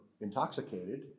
intoxicated